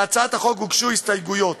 להצעת החוק הוגשו הסתייגויות.